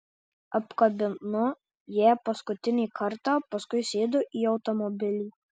apkabinu ją paskutinį kartą paskui sėdu į automobilį